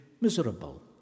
Miserable